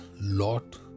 Lot